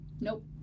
Nope